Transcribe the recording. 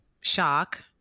shock